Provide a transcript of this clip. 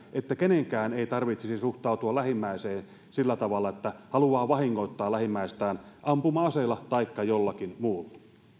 ettei kenenkään tarvitsisi suhtautua lähimmäiseen sillä tavalla että haluaa vahingoittaa lähimmäistään ampuma aseella taikka jollakin muulla